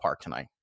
tonight